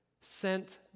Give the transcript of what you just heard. sent